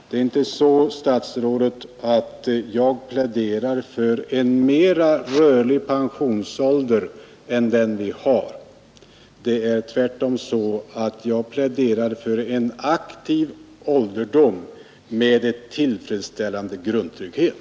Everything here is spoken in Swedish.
Det var inte så, herr statsråd, att jag pläderade för en mera rörlig pensionsålder än den vi har nu. Tvärtom pläderade jag för en aktiv ålderdom med en tillfredsställande grundtrygghet.